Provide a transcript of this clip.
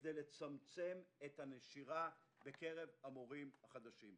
כדי לצמצם את הנשירה בקרב המורים החדשים.